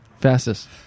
Fastest